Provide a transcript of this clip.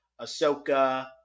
Ahsoka